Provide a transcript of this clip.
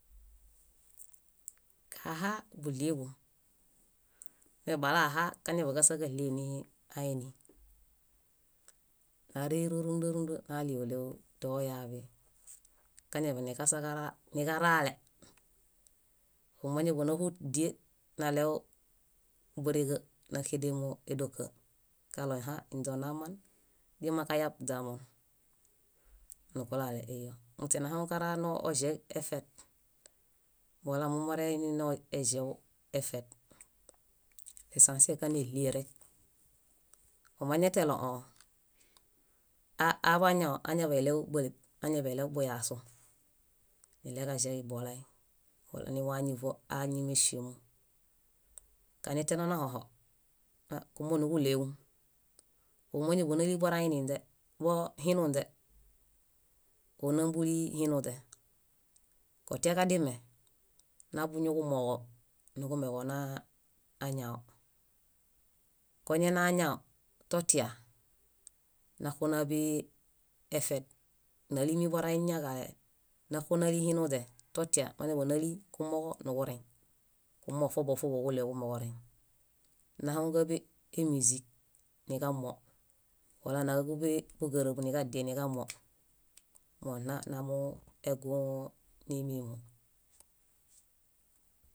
Kahaa búɭieḃom. Tebalahaa, káñaḃaniġasaġaɭie nii aini. Áreiro rúmunda rúmunda naɭii óɭeġu dooyaḃi. Kañaḃaniġasaġalaa niġaraale. Ómañaḃanahudiel naɭe bóreġa náxedemo édoka kaɭo hã ínźe onaman źimãkayab źamon. Nukulale iyo muśe nahaŋukara noĵeġefet wala momoreini nieĵew- oĵeġefet. Lesãse káñaɭierek. Omanatelo õõ aa- aab añaġo añaḃaniɭew báleb, añaḃaniɭew buyaasu, niɭeġaĵeġibolay niwaañi wóañemesimu. Kañatian onahõho, ah, kumooġo níġuɭeġu. Óo mañaḃanali boraininźe boo hinuinźe, ónambuli hinuźe. Kotiaġadime, naḃuñuġumooġo níġumbeġonaa añao. Koñana añao totia, náxunaḃe efet. Nálimi borañaġale naxu náli hinuźe, totia mañaḃanali kumooġo niġureŋ. Kumooġo fobuġo fobuġo níġuɭeġuġombeġoreŋ. Nahaŋu káḃe émizik niġamuo wala náḃeḃe búgarabu niġadie niġamuo. Móo nna namuegũ nímimo.